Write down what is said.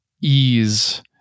ease